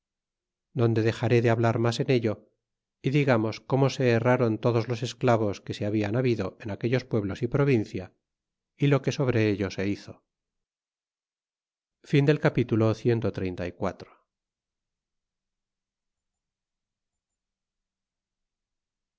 donde dexaré de hablar mas en ello y digamos como se herrron todos los esclavos que se hablan habido en aquellos pueblos y provincia y lo que sobre ello se hizo capitulo cxx